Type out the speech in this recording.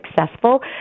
successful